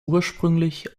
ursprünglich